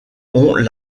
ont